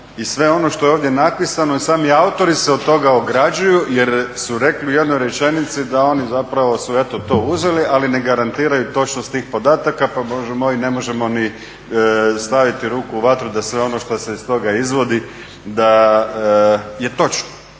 i sve ono što je ovdje napisano i sami autori se od toga ograđuju jer su rekli u jednoj rečenici da oni zapravo su eto to uzeli ali ne garantiraju točnost tih podataka, pa bože moj ne možemo ni staviti ruku u vatru da sve ono što se iz toga izvodi da je točno,